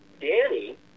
Danny